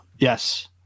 Yes